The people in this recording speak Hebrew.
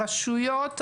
ברשויות,